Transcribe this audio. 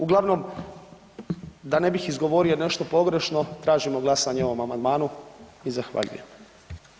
Uglavnom, da ne bih izgovorio nešto pogrešno, tražimo glasanje o ovom amandmanu i zahvaljujem.